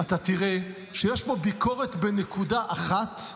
אתה תראה שיש בו ביקורת בנקודה אחת,